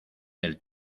del